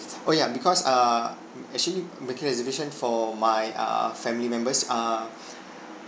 oh ya because err actually making reservation for my uh family members uh